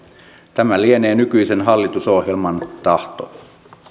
tämä lienee nykyisen hallitusohjelman tahto